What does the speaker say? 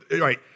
right